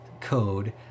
code